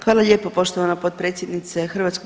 Hvala lijepo poštovana potpredsjednice HS.